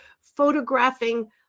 photographing